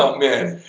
um man,